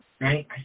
right